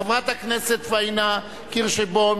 ביציע האורחים.